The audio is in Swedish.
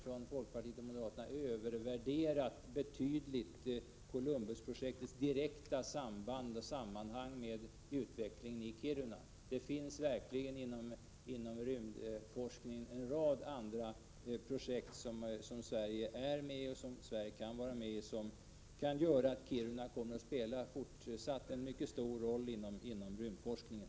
1987/88:132 betydligt övervärderat Columbusprojektets direkta samband och samman = 2 juni 1988 hang med utvecklingen i Kiruna. Det finns verkligen inom rymdforskningen en rad andra projekt som Sverige är med i och som Sverige kan vara medi och som kan göra att Kiruna fortsatt kommer att spela en mycket stor roll inom rymdforskningen.